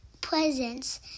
presents